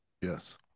yes